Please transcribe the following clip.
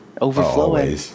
Overflowing